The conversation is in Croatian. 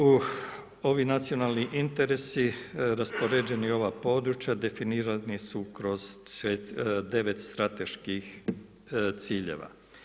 Ovi nacionalni interesi raspoređeni u ova područja definirani su kroz devet strateških ciljeva.